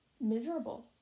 miserable